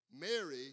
Mary